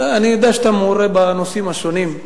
אני יודע שאתה מעורה בנושאים השונים,